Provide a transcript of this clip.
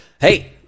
Hey